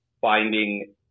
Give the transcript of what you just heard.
finding